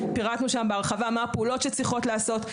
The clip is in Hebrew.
פירטנו שם בהרחבה מה הפעולות שצריכות להיעשות.